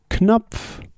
Knopf